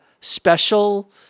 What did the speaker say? special